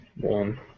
one